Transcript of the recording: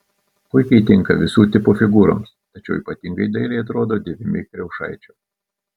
puikiai tinka visų tipų figūroms tačiau ypatingai dailiai atrodo dėvimi kriaušaičių